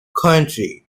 coventry